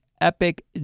epic